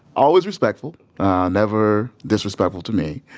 always respectful, uh never disrespectful to me.